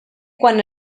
quan